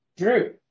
true